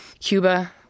Cuba